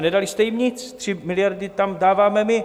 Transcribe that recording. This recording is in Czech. Nedali jste jim nic, 3 miliardy tam dáváme my.